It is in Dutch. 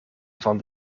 van